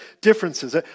differences